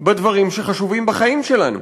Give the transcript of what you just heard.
בדברים החשובים בחיים שלנו,